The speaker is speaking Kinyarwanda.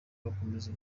bakomeze